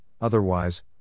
otherwise